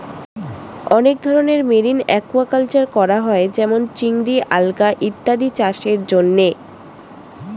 অনেক ধরনের marine aquaculture করা হয় যেমন চিংড়ি, আলগা ইত্যাদি চাষের জন্যে